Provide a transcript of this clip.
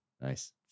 Nice